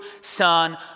son